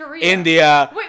India